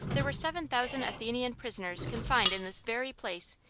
there were seven thousand athenian prisoners confined in this very place,